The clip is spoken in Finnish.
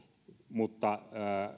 mutta